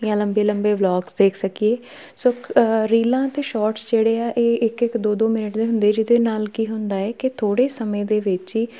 ਜਾਂ ਲੰਬੇ ਲੰਬੇ ਵਲੋਗਸ ਦੇਖ ਸਕੀਏ ਸੁਖ ਰੀਲਾਂ ਅਤੇ ਸ਼ੌਟਸ ਜਿਹੜੇ ਆ ਇਹ ਇੱਕ ਇੱਕ ਦੋ ਦੋ ਮਿੰਟ ਦੇ ਹੁੰਦੇ ਜਿਹਦੇ ਨਾਲ ਕੀ ਹੁੰਦਾ ਏ ਕਿ ਥੋੜ੍ਹੇ ਸਮੇਂ ਦੇ ਵਿੱਚ ਹੀ